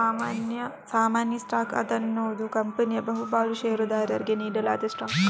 ಸಾಮಾನ್ಯ ಸ್ಟಾಕ್ ಅನ್ನುದು ಕಂಪನಿಯ ಬಹು ಪಾಲು ಷೇರುದಾರರಿಗೆ ನೀಡಲಾದ ಸ್ಟಾಕ್